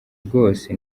rwose